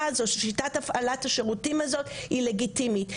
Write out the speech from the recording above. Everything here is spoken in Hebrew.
הזו ושיטת הפעלת השירותים הזאת היא לגיטימית.